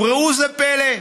וראו זה פלא,